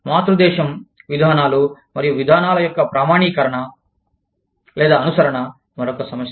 మాతృ దేశం విధానాలు మరియు విధానాల యొక్క ప్రామాణీకరణ లేదా అనుసరణ మరొక సమస్య